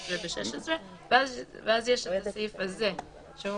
ואז יש הסעיף הזה שהוא